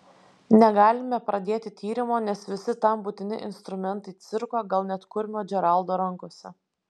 negalime pradėti tyrimo nes visi tam būtini instrumentai cirko gal net kurmio džeraldo rankose